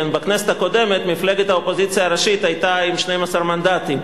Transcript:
בכנסת הקודמת מפלגת האופוזיציה הראשית היתה עם 12 מנדטים,